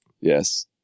Yes